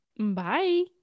bye